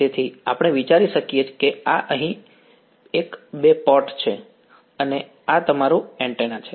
તેથી આપણે વિચારી શકીએ કે આ અહીં એક બે પોર્ટ છે અને આ તમારું એન્ટેના છે